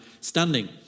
standing